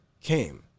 came